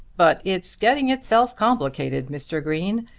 but it's getting itself complicated, mr. green.